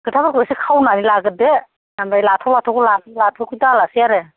खोथाफोरखौ एसे खावनानै लाग्रोदो ओमफ्राय लाथाव लाथावखौ लादो लाथाविखौ दालासै आरो